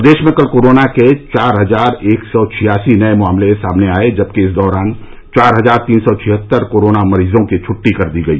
प्रदेश में कल कोरोना के चार हजार एक सौ छियासी नए मामले सामने आए जबकि इस दौरान चार हजार तीन सौ छिहत्तर कोरोना मरीजों की छुट्टी कर दी गई